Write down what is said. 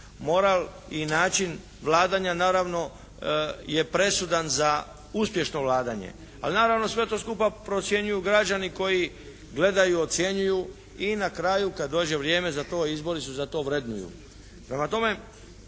Moral i način vladanja naravno je presuda za uspješno vladanje. Ali naravno sve to skupa procjenjuju građani koji gledaju, ocjenjuju i na kraju kad dođe vrijeme za to izboru se za to vrednuju.